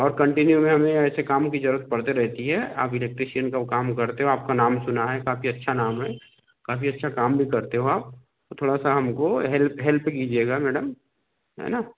और कन्टिन्यू में हमें ऐसे काम की जरूरत पड़ते रहती है आप इलेक्ट्रिशियन का काम करते हो आपका नाम सुना है काफ़ी अच्छा नाम है काफ़ी अच्छा काम भी करते हो आप तो थोड़ा सा हमको हेल्प हेल्प कीजिएगा मैडम है न